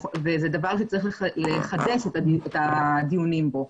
זה דבר שצריך לחדש את הדיונים בו,